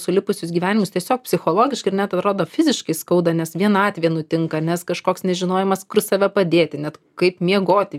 sulipusius gyvenimus tiesiog psichologiškai ir net atrodo fiziškai skauda nes vienatvė nutinka nes kažkoks nežinojimas kur save padėti net kaip miegoti